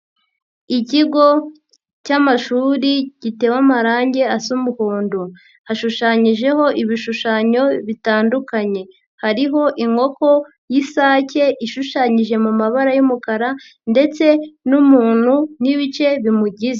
Ikigo cy'amashuri giteba amarangi asa umuhondo, hashushanyijeho ibishushanyo bitandukanye, hariho inkoko y'isake ishushanyije mu mabara y'umukara ndetse n'umuntu n'ibice bimugize.